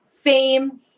fame